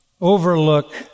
overlook